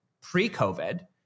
pre-COVID